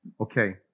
Okay